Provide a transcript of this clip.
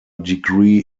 degree